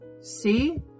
See